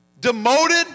demoted